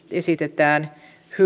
esitetään